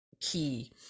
key